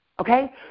okay